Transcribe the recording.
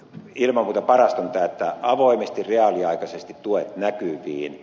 ilman muuta parasta on tämä että avoimesti reaaliaikaisesti tuet näkyviin